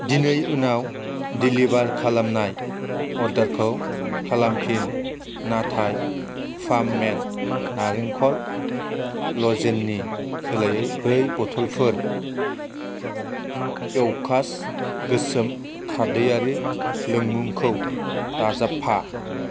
दिनै उनाव डेलिबार खालामनाय अर्डारखौ खालामफिन नाथाय फार्म मेड नालेंखर लजेननि सोलायै ब्रै बथ'लफोर एव'कास गोसोम खारदैयारि लोंमुंखौ दाजाबफा